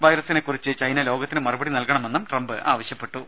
വൈറസിനെ കുറിച്ച് ചൈന ലോകത്തിന് മറുപടി നൽകണമെന്നും ട്രംപ് ആവശ്യപ്പെട്ടു